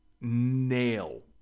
nail